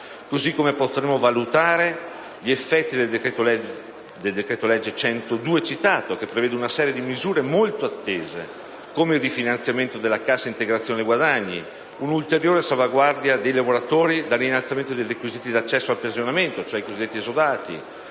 Così come potremo valutare gli effetti del citato decreto-legge n. 102, che prevede una serie di misure molto attese, come il rifinanziamento della cassa integrazione guadagni, un'ulteriore salvaguardia dei lavoratori dall'innalzamento dei diritti di accesso al pensionamento (cosiddetti esodati),